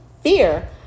fear